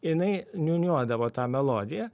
jinai niūniuodavo tą melodiją